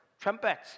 Trumpets